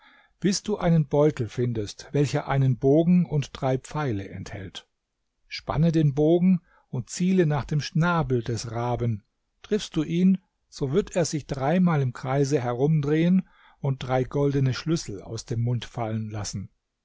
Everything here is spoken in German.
bis du einen beutel findest welcher einen bogen und drei pfeile enthält spanne den bogen und ziele nach dem schnabel des raben triffst du ihn so wird er sich dreimal im kreise herumdrehen und drei goldene schlüssel aus dem mund fallen lassen